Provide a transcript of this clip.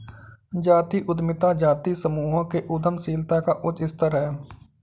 जातीय उद्यमिता जातीय समूहों के उद्यमशीलता का उच्च स्तर है